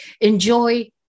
Enjoy